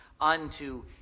unto